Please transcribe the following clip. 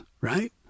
right